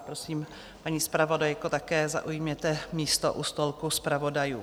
Prosím, paní zpravodajko, také zaujměte místo u stolku zpravodajů.